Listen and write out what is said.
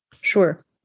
Sure